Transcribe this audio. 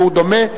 והוא דומה,